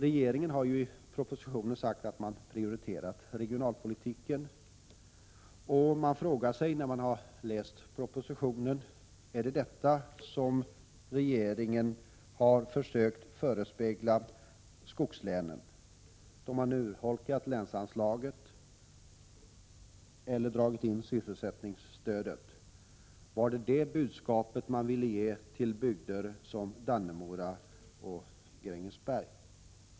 Regeringen har ju sagt i propositionen att den prioriterat regionalpolitiken, och man frågar sig när man läst propositionen: Är det detta som regeringen har försökt förespegla skogslänen, när länsanslaget urholkats eller sysselsättningsstödet dragits in? Var det detta budskap regeringen vill ge till bygder som Dannemora och Grängesberg?